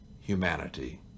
humanity